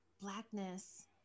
blackness